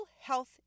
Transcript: health